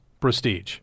prestige